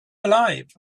alive